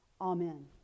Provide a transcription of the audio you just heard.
Amen